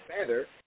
better